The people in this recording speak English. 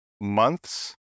months